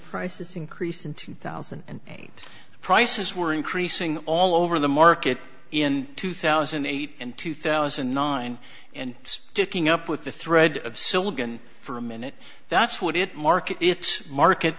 prices increase in two thousand and eight prices were increasing all over the market in two thousand and eight and two thousand and nine and it's ticking up with the thread of silicon for a minute that's what it market its market